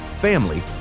family